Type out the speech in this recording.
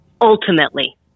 Ultimately